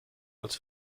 als